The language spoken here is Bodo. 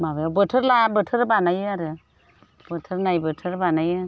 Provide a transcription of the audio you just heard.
माबा बोथोर लाना बोथोर बानायो आरो बोथोर नायै बोथोर बानायो